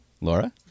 Laura